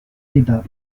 débat